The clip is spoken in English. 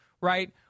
Right